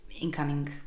incoming